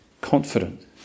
confident